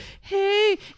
hey